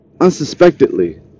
unsuspectedly